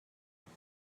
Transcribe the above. کنند